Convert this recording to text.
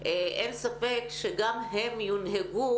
אין ספק שגם הם יונהגו